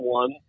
one